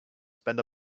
spend